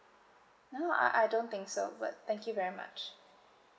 no I I don't think so but thank you very much